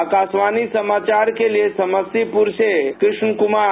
आकाशवाणी समाचार के लिए समस्तीपुर से कृष्ण कुमार